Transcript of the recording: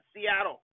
Seattle